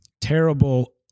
terrible